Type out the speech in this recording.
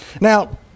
Now